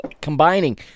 combining